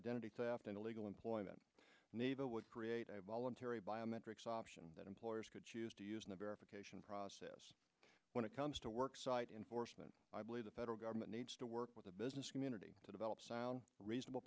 identity theft and illegal employment neva would create a voluntary biometrics option that employers could choose to use in the verification process when it comes to work site enforcement i believe the federal government needs to work with the business community to develop sound reasonable